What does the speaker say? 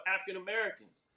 African-Americans